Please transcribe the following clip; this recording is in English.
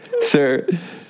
Sir